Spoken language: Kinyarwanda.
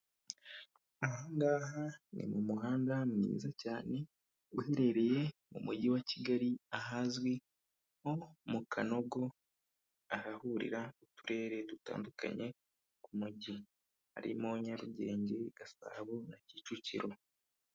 Aha ngaha ni mu muhanda mwiza cyane uherereye mu mujyi wa Kigali ahazwi nko mu Kanogo ahahurira uturere dutandukanye tw'umujyi harimo Nyarugenge, Gasabo na Kicukiro.